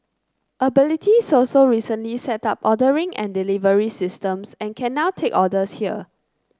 abilities also recently set up ordering and delivery systems and can now take orders here